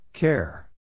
Care